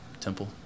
temple